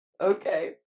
Okay